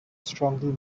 strongly